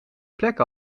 plek